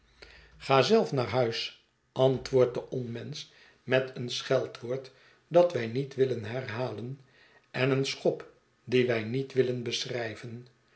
ga zelf naar huis antwoordt de onmensch met een scheldwoord dat wy niet willen herhalen en een schop dien wij niet willen beschrijven